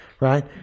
right